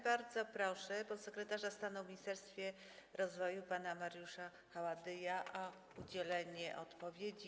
Bardzo proszę podsekretarza stanu w Ministerstwie Rozwoju pana Mariusza Haładyja o udzielenie odpowiedzi.